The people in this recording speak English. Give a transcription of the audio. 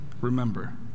remember